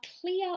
clear